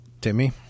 Timmy